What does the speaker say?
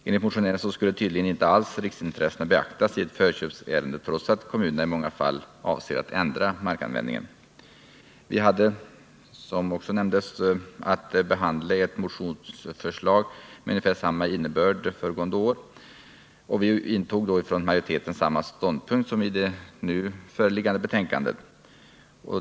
Enligt motionärerna skulle riksintressena tydligen inte alls beaktas i förköpsärenden, trots att kommunerna i många fall avser att ändra markanvändningen. Vi hade, som redan nämnts, att behandla ett motionsförslag med ungefär samma innebörd föregående år. Utskottsmajoriteten intog då ungefär samma ståndpunkt som i det nu föreliggande betänkandet.